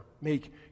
make